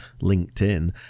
LinkedIn